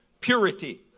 Purity